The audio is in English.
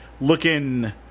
looking